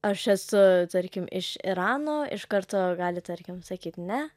aš esu tarkim iš irano iš karto gali tarkim sakyt ne